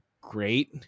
great